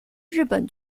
日本